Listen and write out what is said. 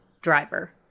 driver